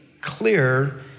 clear